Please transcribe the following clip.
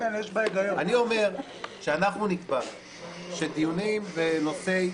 אני אומר שאנחנו נקבע שדיונים בנושאי